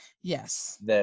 Yes